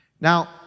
Now